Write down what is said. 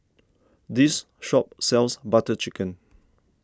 this shop sells Butter Chicken